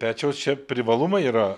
pečiaus čia privalumai yra